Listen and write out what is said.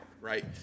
right